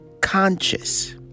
conscious